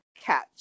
catch